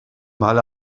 mal